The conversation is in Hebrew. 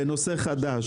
בנושא חדש.